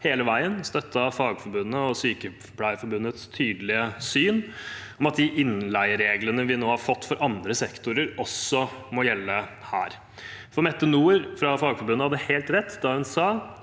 hele veien støttet Fagforbundets og Sykepleierforbundets tydelige syn om at de innleiereglene vi nå har fått for andre sektorer, også må gjelde her. Mette Nord fra Fagforbundet hadde helt rett da hun sa